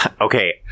Okay